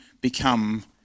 become